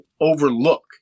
overlook